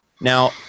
now